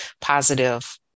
positive